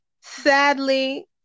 sadly